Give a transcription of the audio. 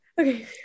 Okay